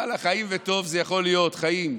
חיים וטוב, זה יכול להיות חיים,